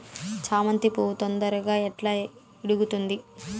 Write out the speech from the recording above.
చామంతి పువ్వు తొందరగా ఎట్లా ఇడుగుతుంది?